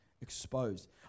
exposed